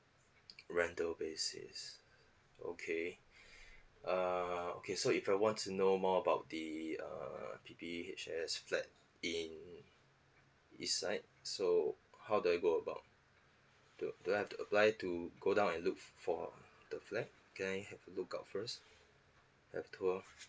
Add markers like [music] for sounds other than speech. rental basis okay [breath] err okay so if I want to know more about the err P_P_H_S flat in east side so how do I go about do do I have to apply to go down and look for the flat can I have a look out first have tour